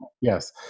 Yes